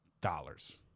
dollars